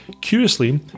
Curiously